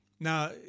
Now